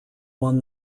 won